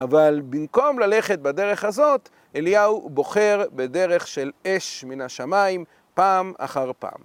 אבל במקום ללכת בדרך הזאת, אליהו בוחר בדרך של אש מן השמיים פעם אחר פעם.